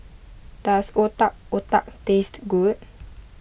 does Otak Otak taste good